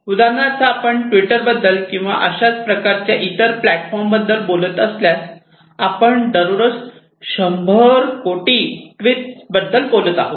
उदाहरणार्थ आपण ट्विटरबद्दल किंवा अशाच प्रकारचे इतर प्लॅटफॉर्मबद्दल बोलत असल्यास आपण दररोज सरासरी १०० कोटी ट्वीटबद्दल बोलत आहोत